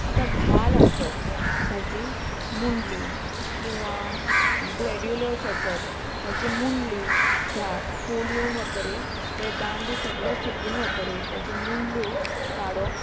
आता ढाल आसत ताजी मुंडली किंवां ग्लेडुलस आसत ताची मुंडली झाड फूल येवन वतकेर ते दांडे सगलो सुकून वतरेर ताचे मुंडल्यो काडप